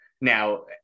Now